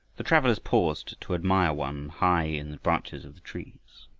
the travelers paused to admire one high in the branches of the trees.